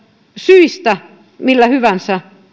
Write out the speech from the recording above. syistä mistä hyvänsä